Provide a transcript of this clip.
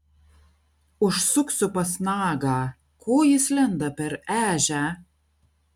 užsuksiu pas nagą ko jis lenda per ežią